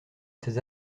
ces